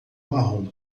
marrom